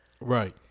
right